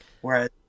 whereas